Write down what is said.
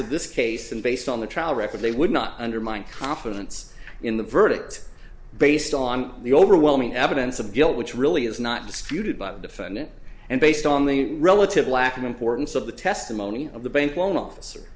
of this case and based on the trial record they would not undermine confidence in the verdict based on the overwhelming evidence of guilt which really is not disputed by the defendant and based on the relative lack of importance of the testimony of the bank loan officer